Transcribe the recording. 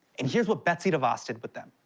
and here's what betsy devos did with them.